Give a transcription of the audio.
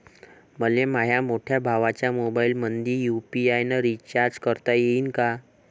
मले माह्या मोठ्या भावाच्या मोबाईलमंदी यू.पी.आय न रिचार्ज करता येईन का?